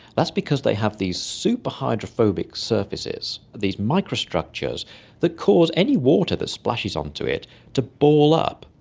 that's because they have these super-hydrophobic surfaces, these microstructures that cause any water that splashes onto it to ball up,